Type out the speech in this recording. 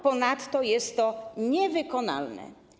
Ponadto jest to niewykonalne.